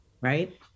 Right